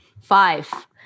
Five